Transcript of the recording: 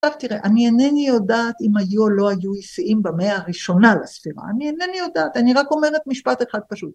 עכשיו תראה אני אינני יודעת אם היו או לא היו איסאים במאה הראשונה לספירה, אני אינני יודעת, אני רק אומרת משפט אחד פשוט.